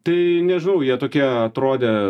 tai nežinau jie tokie atrodė